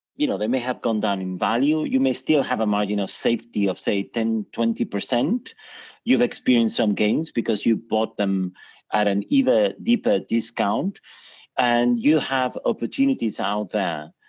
you know, they may have gone down in value, you may still have a margin of safety of say ten, twenty, you've experienced some gains because you bought them at an either deeper discount and you have opportunities out there